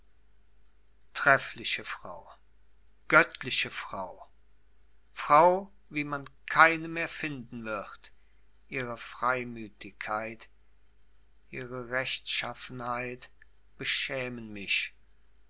treffliche frau göttliche frau frau wie man keine mehr finden wird ihre freimütigkeit ihre rechtschaffenheit beschämen mich